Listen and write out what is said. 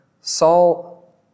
Saul